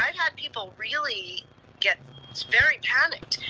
um had people really get very panicked.